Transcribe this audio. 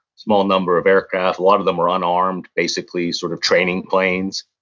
small number of aircraft. a lot of them were unarmed, basically sort of training planes.